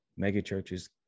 megachurches